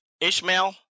Ishmael